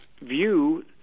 view